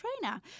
trainer